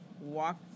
walk